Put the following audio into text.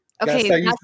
Okay